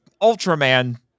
Ultraman